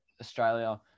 Australia